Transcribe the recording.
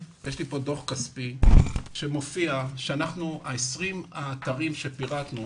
דוח כספי שמופיע ש-20 האתרים שפירטנו